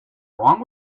wrong